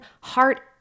heart